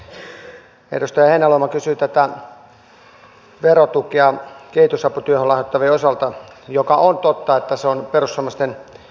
edustaja heinäluoma kysyi tästä verotuesta kehitysaputyöhön lahjoittavien osalta josta on totta että se on perussuomalaisten eduskuntavaaliohjelmasta